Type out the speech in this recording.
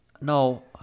No